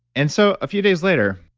and so, a few days later,